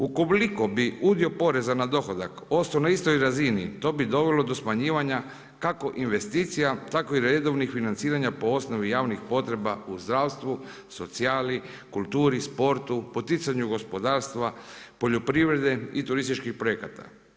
Ukoliko bi udio poreza na dohodak ostao na istoj razini to bi dovelo do smanjivanja kako investicija, tako i redovnih financiranja po osnovi javnih potreba u zdravstvu, socijali, kulturi, sportu, poticanju gospodarstva, poljoprivrede i turističkih projekata.